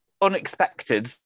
unexpected